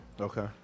Okay